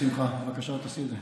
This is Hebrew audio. בשמחה, בבקשה תעשי את זה.